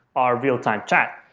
are real-time chat.